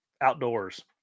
Outdoors